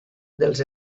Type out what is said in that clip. dels